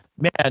man